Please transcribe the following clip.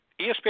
ESPN